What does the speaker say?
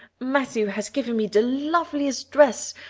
matthew has given me the loveliest dress,